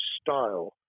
style